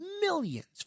millions